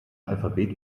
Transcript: alphabet